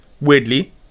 weirdly